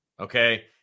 okay